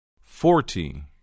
Forty